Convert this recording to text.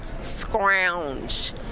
scrounge